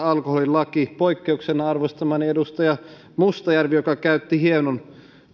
on alkoholilaki poikkeuksena arvostamani edustaja mustajärvi joka käytti hienon